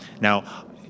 Now